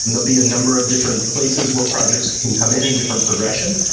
and there'll be a number of different places where projects can come in and different progression.